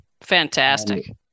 Fantastic